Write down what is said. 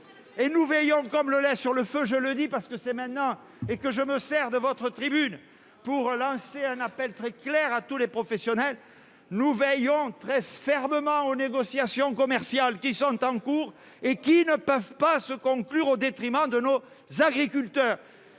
et nous veillons comme le lait sur le feu, je le dis parce que c'est maintenant et que je me sers de votre tribune pour lancer un appel très clair à tous les professionnels, nous veillons très fermement aux négociations commerciales qui sont en cours et qui ne peuvent pas se conclure au détriment de nos agriculteurs,